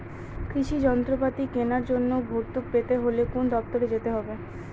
কৃষি যন্ত্রপাতি কেনার জন্য ভর্তুকি পেতে হলে কোন দপ্তরে যেতে হবে?